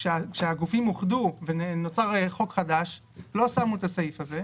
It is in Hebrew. כשהגופים אוחדו ונוצר חוק חדש לא שמו את הסעיף הזה.